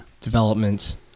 development